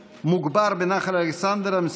מדוע חתמתם על צו המקטין את ההטבה במס